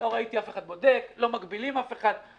לא ראיתי אף אחד בודק, לא מגבילים אף אחד.